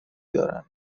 دارند